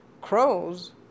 Crows